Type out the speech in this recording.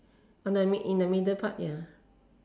on the mid in the middle part ya